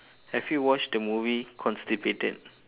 have you watched the movie constipated